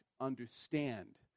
understand